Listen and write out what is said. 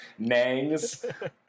Nangs